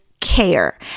care